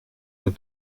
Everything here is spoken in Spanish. los